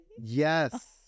yes